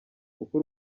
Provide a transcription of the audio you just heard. uko